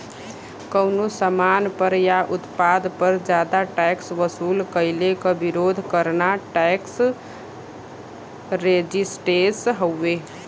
कउनो सामान पर या उत्पाद पर जादा टैक्स वसूल कइले क विरोध करना टैक्स रेजिस्टेंस हउवे